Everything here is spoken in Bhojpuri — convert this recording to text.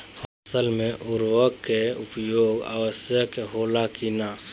फसल में उर्वरक के उपयोग आवश्यक होला कि न?